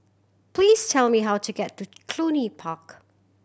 please tell me how to get to Cluny Park